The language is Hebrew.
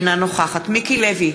אינה נוכחת מיקי לוי,